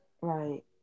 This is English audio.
Right